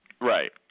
Right